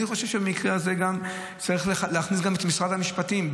אני חושב שבמקרה הזה צריך להכניס גם את משרד המשפטים.